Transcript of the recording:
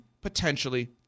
potentially